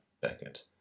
Beckett